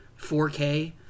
4K